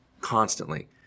constantly